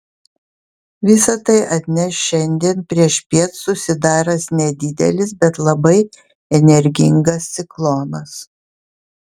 visa tai atneš šiandien priešpiet susidaręs nedidelis bet labai energingas ciklonas